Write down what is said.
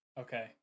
Okay